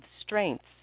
strengths